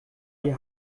die